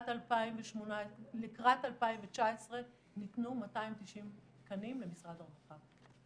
לקראת 2019 ניתנו 290 תקנים למשרד הרווחה,